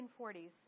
1940s